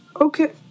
Okay